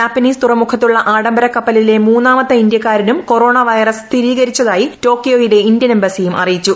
Japanese തുറമുഖത്തുള്ള ആഡംബര കപ്പലിലെ മൂന്നാമത്തെ ഇന്ത്യക്കാരനും കൊറോണ വൈറസ് സ്ഥിരീകരിച്ചതായി ടോക്കിയോയിലെ ഇന്ത്യൻ എംബസിയും അറിയിച്ചു